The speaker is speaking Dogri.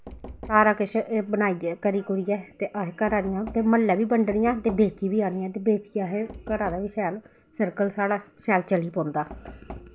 सारा किश बनाइयै करी कुरियै ते अस घरै दियां ते म्हल्लै बी बंडने आं ते बेची बी आन्ने आं ते बेचियै असें घरा दा बी सरकल साढ़ा शैल चली पौंदा